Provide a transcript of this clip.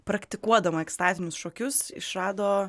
praktikuodama ekstazinius šokius išrado